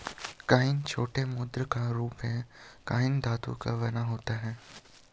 coin छोटी मुद्रा का रूप है कॉइन धातु का बना होता है